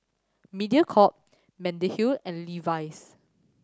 Mediacorp Mediheal and Levi's